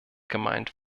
gemeint